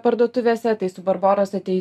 parduotuvėse tai su barboros atei